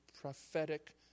prophetic